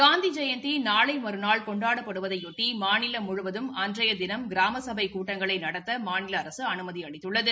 காந்திஜெயந்தி நாளை மறுநாள் னெண்டாடப்படுவதையொட்டி மாநிலம் முழுவதும் அன்றைய தினம் கிராம சபைக் கூட்டங்களை நடத்த மாநில அரசு அனுமதி அளித்துள்ளது